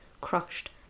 crushed